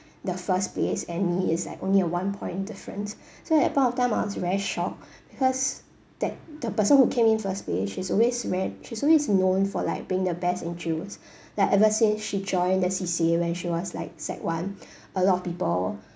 the first base and me is like only a one point difference so at the point of time I was very shocked because that the person who came in first base she's always ver~ she always known for like being the best in drills like ever since she joined the C_C_A when she was like sec one a lot of people